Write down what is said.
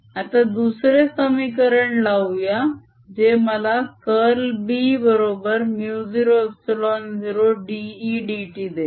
आता दुसरे समीकरण लावूया जे मला कर्ल B बरोबर μ0ε0 dE dt देईल